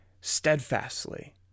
steadfastly